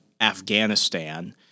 Afghanistan